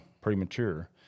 premature